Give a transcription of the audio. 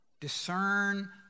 Discern